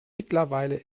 mittlerweile